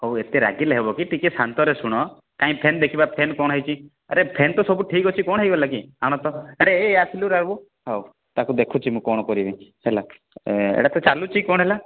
ହଉ ଏତେ ରାଗିଲେ ହବ କି ଟିକେ ଶାନ୍ତରେ ଶୁଣ କାଇଁ ଫ୍ୟାନ୍ ଦେଖିବା ଫ୍ୟାନ୍ କ'ଣ ହେଇଛି ଆରେ ଫ୍ୟାନ୍ ତ ସବୁ ଠିକ୍ ଅଛି କ'ଣ ହେଇଗଲା କି ଆଣ ତ ଆରେ ଏ ଏ ଆସିଲୁ ରାମୁ ହଉ ତାକୁ ଦେଖୁଛି ମୁଁ କ'ଣ କରିବି ହେଲା ଏଇଟା ତ ଚାଲୁଛି କ'ଣ ହେଲା